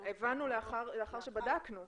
הבנו לאחר שבדקנו.